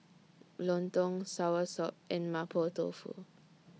Lontong Soursop and Mapo Tofu